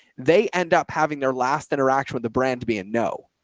they end up having their last interaction with the brand to be a no.